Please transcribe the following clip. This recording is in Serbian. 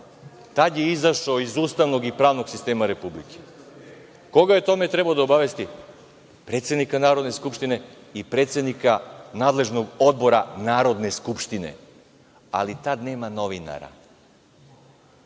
Tad je izašao iz ustavnog i pravnog sistema Republike. Koga je o tome trebao da obavesti? Predsednika Narodne skupštine i predsednika nadležnog odbora Narodne skupštine, ali tad nema novinara,